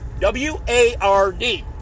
W-A-R-D